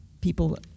people